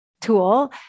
tool